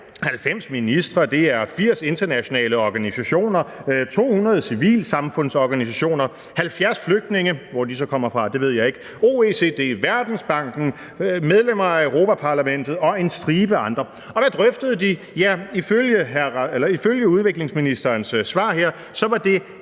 90 ministre, det er 80 internationale organisationer, 200 civilsamfundsorganisationer, 70 flygtninge – hvor de så kommer fra, ved jeg ikke – OECD, Verdensbanken, medlemmer af Europa-Parlamentet og en stribe andre. Hvad drøftede de? Ja, ifølge udviklingsministerens svar her var det